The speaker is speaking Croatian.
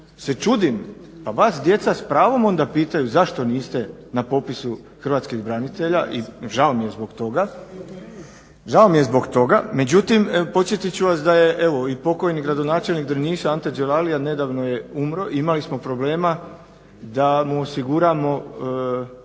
se čudim, a vas djeca s pravom onda pitaju zašto niste na popisu hrvatskih branitelja i žao mi je zbog toga. Međutim podsjetit ću vas da je i pokojni gradonačelnik Drniša Ante Đavalija nedavno je umro i imali smo problema da mu osiguramo